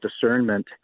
discernment